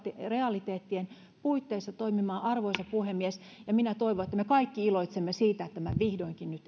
realiteettien puitteissa toimimaan arvoisa puhemies ja minä toivon että me kaikki iloitsemme siitä että tämä vihdoinkin nyt